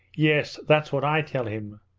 yes, that's what i tell him.